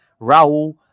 Raul